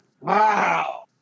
wow